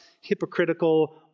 hypocritical